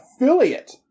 affiliate